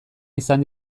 izan